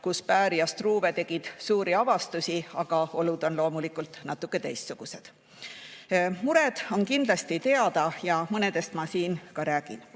kui Baer ja Struve tegid suuri avastusi. Aga olud on loomulikult natuke teistsugused. Mured on kindlasti teada ja mõnest ma siin räägin,